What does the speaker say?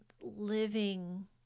living